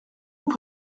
vous